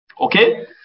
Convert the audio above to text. Okay